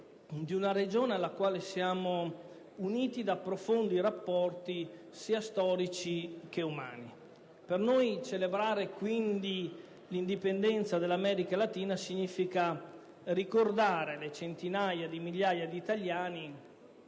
di una regione alla quale siamo uniti da profondi rapporti sia storici che umani. Per noi celebrare l'indipendenza dell'America latina significa ricordare le centinaia di migliaia di italiani